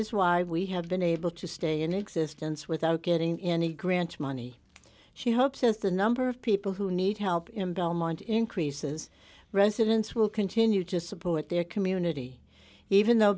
is why we have been able to stay in existence without getting any grant money she hopes as the number of people who need help in belmont increases residents will continue to support their community even though